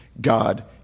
God